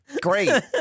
Great